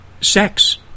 sex